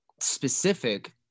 specific